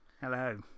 Hello